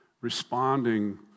responding